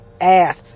ass